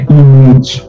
image